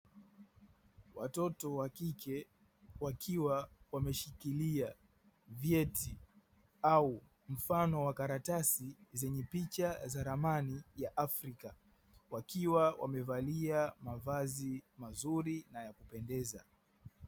Watoto wakike wakiwa wameshikilia vyeti au mfano wa karatasi zenye picha za ramani ya afrika wakiwa wamevalia mavazi mazuri na yakupendeza.